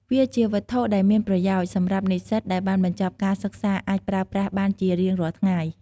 វាជាវត្ថុដែលមានប្រយោជន៍ សម្រាប់និស្សិតដែលបានបញ្ចប់ការសិក្សាអាចប្រើប្រាស់បានជារៀងរាល់ថ្ងៃ។